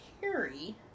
Carrie